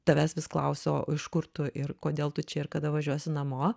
tavęs vis klausia o iš kur tu ir kodėl tu čia ir kada važiuosi namo